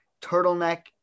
turtleneck